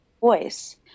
voice